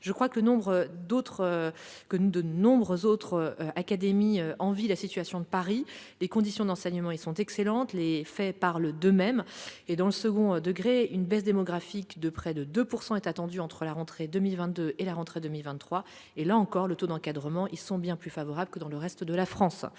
Je crois que nombre d'académies envient la situation de Paris. Les conditions d'enseignement y sont excellentes, les faits parlent d'eux-mêmes. Dans le second degré, une baisse démographique de près de 2 % est attendue entre les rentrées scolaires 2022 et 2023. Là encore, les taux d'encadrement y sont bien plus favorables que dans le reste de la France.